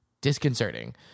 disconcerting